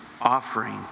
offering